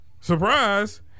Surprise